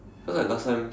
so like last time